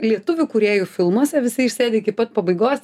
lietuvių kūrėjų filmuose visi išsėdi iki pat pabaigos